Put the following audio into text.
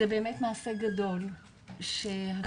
באמת מעשה גדול שהכנסת,